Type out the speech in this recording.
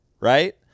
right